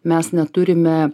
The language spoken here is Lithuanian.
mes neturime